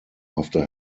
after